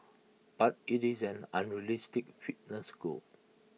but IT is an unrealistic fitness goal